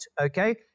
okay